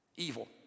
evil